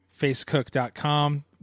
Facecook.com